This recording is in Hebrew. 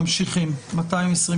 ממשיכים בהקראה.